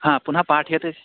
हा पुनः पाठ्यते